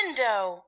Window